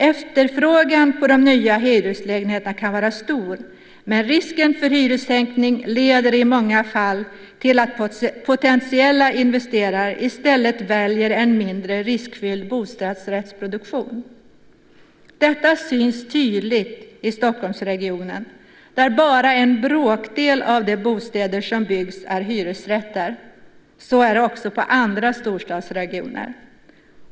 Efterfrågan på de nya hyreslägenheterna kan vara stor, men risken för hyressänkning leder i många fall till att potentiella investerare i stället väljer en mindre riskfylld bostadsrättsproduktion. Detta syns tydligt i Stockholmsregionen där bara en bråkdel av de bostäder som byggs är hyresrätter. Så är det också i andra storstadsregioner.